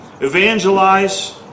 Evangelize